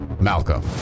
Malcolm